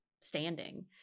standing